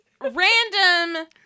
random